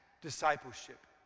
discipleship